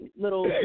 little